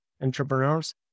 entrepreneurs